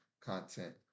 content